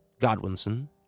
Godwinson